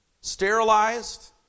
sterilized